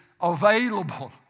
available